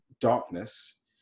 darkness